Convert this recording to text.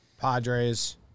Padres